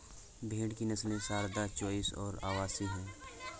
भेड़ की नस्लें सारदा, चोइस और अवासी हैं